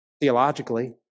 theologically